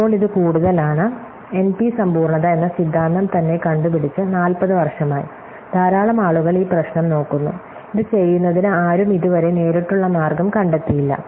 ഇപ്പോൾ ഇത് കൂടുതലാണ് N P സമ്പൂർണ്ണത എന്ന സിദ്ധാന്തം തന്നെ കണ്ടുപിടിച്ച് 40 വർഷമായി ധാരാളം ആളുകൾ ഈ പ്രശ്നം നോക്കുന്നു ഇത് ചെയ്യുന്നതിന് ആരും ഇതുവരെ നേരിട്ടുള്ള മാർഗം കണ്ടെത്തിയില്ല